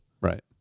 right